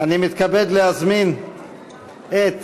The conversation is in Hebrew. אני מתכבד להזמין את